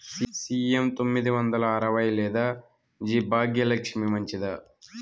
CM తొమ్మిది వందల అరవై లేదా జి భాగ్యలక్ష్మి మంచిదా?